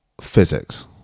physics